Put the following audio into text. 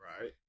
right